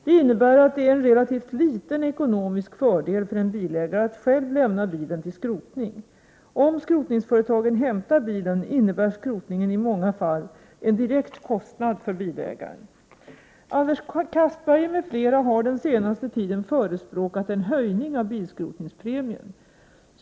Det innebär att det är en relativt liten ekonomisk fördel för bilägare att själv lämna bilen till skrotning. Om skrotningsföretaget hämtar bilen innebär skrotningen i många fall en direkt kostnad för bilägaren. Anders Castberger m.fl. har den senaste tiden förespråkat en höjning av bilskrotningspremien.